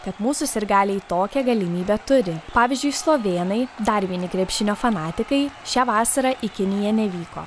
kad mūsų sirgaliai tokią galimybę turi pavyzdžiui slovėnai dar vieni krepšinio fanatikai šią vasarą į kiniją nevyko